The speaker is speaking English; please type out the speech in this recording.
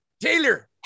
Taylor